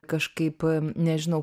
kažkaip nežinau